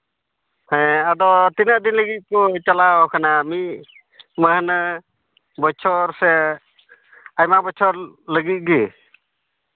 ᱦᱮᱸ ᱟᱫᱚ ᱛᱤᱱᱟᱹᱜ ᱫᱤᱱ ᱞᱟᱹᱜᱤᱫ ᱠᱚ ᱪᱟᱞᱟᱣ ᱠᱟᱱᱟ ᱢᱤᱫ ᱢᱟᱹᱦᱱᱟᱹ ᱵᱚᱪᱷᱚᱨ ᱥᱮ ᱟᱭᱢᱟ ᱵᱚᱪᱷᱚᱨ ᱞᱟᱹᱜᱤᱫ ᱜᱮ